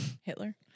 Hitler